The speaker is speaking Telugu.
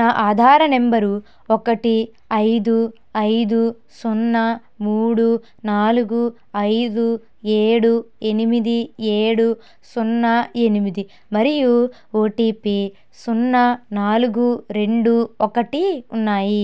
నా ఆధార్ నంబరు ఒకటి ఐదు ఐదు సున్నా మూడు నాలుగు ఐదు ఏడు ఎనిమిది ఏడు సున్నా ఎనిమిది మరియు ఓటిపి సున్నా నాలుగు రెండు ఒకటి ఉన్నాయి